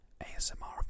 ASMR